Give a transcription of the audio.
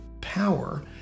power